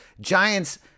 Giants